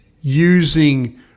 using